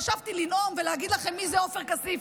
חשבתי לנאום ולהגיד לכם מי זה עופר כסיף,